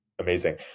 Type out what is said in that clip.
Amazing